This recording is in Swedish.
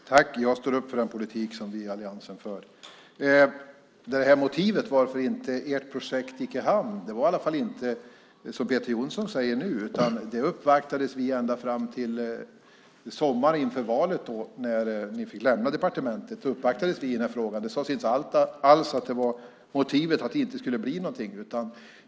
Fru talman! Jag står upp för den politik som vi i alliansen för. Motivet till att ert projekt inte gick i hamn var inte det som Peter Jonsson sade nu. Vi uppvaktades i den frågan ända fram till sommaren inför valet när ni fick lämna departementet. Det sades inte alls att det var motivet till att det inte skulle bli någonting.